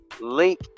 link